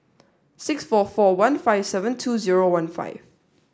six four four one five seven two zero one five